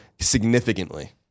significantly